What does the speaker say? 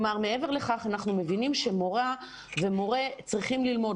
אנחנו מבינים שמורה ומורה צריכים ללמוד